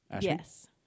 Yes